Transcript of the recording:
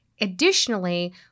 Additionally